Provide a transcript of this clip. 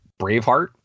braveheart